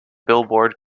billboard